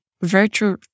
virtual